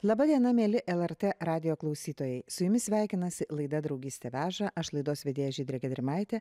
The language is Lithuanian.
laba diena mieli lrt radijo klausytojai su jumis sveikinasi laida draugystė veža aš laidos vedėja žydrė gedrimaitė